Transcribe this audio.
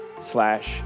slash